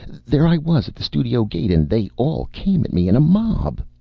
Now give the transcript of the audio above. there i was at the studio gate, and they all came at me in a mob.